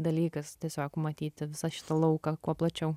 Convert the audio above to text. dalykas tiesiog matyti visą šitą lauką kuo plačiau